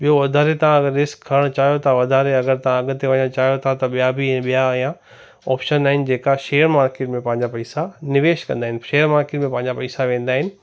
ॿियो वधारे तव्हां रिस्क खणणु चाहियो त वधारे अगरि तव्हां किथे वञणु चाहियो था त ॿिया बि ॿिया अञा ऑप्शन आहिनि जेका शेयर मार्केट में पंहिंजा पैसा निवेश कंदा आहिनि शेयर मार्केट में पंहिंजा पैसा वेंदा आहिनि